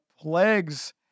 plagues